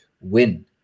win